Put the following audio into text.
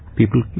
people